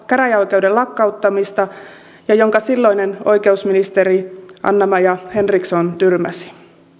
käräjäoikeuden lakkauttamista ja jonka silloinen oikeusministeri anna maja henriksson tyrmäsi